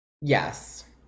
Yes